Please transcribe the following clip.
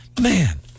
man